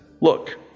look